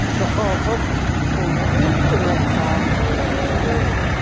ثقافت کو بہت نقصان ہو رہا ہے